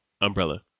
Umbrella